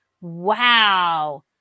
Wow